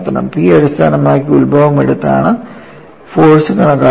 P അടിസ്ഥാനമാക്കി ഉൽഭവം എടുത്താണ് ആണ് ഫോഴ്സ് കണക്കാക്കുന്നത്